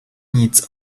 needs